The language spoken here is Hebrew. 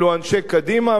אלו אנשי קדימה,